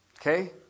Okay